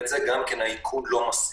גם את זה האיכון לא מראה.